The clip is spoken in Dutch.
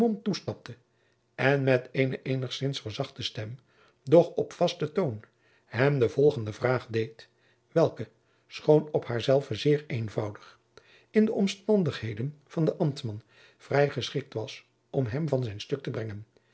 toestapte en met eene eenigzins verzachtte stem doch op vasten toon hem de volgende vraag deed welke schoon op haarzelve zeer eenvoudig in de omstandigheden van den ambtman vrij geschikt was om hem van zijn stuk te brengen